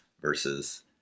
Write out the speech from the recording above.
versus